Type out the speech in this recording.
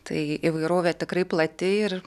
tai įvairovė tikrai plati ir